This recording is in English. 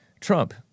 Trump